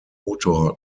motor